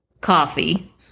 coffee